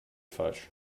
falsch